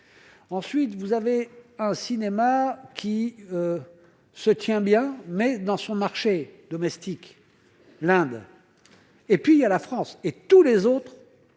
ensuite vous avez un cinéma qui se tient bien mais dans son marché domestique, l'Inde et puis à la France et tous les autres